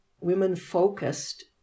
women-focused